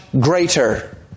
greater